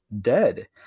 dead